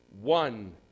one